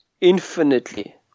infinitely